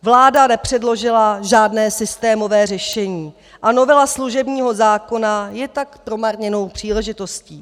Vláda nepředložila žádné systémové řešení, a novela služebního zákona je tak promarněnou příležitostí.